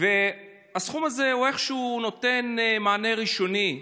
והסכום הזה איכשהו נותן מענה ראשוני.